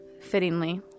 Fittingly